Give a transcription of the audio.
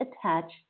attach